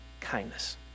kindness